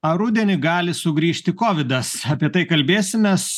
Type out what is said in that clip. ar rudenį gali sugrįžti kovidas apie tai kalbėsimės